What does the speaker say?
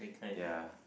ya